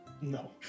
No